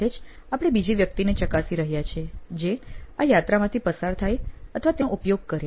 સાથે જ આપણે બીજી વ્યક્તિને ચકાસી રહ્યા છે જે આ યાત્રામાંથી પસાર થાય અથવા તેનો ઉપયોગ કરે